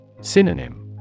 Synonym